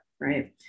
right